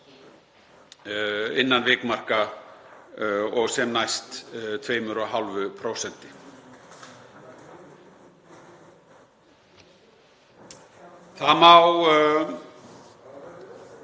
innan vikmarka og sem næst 2,5%. Það má